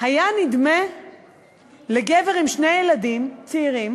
היה נדמה לגבר עם שני ילדים צעירים